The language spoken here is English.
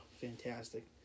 fantastic